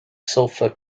sulfur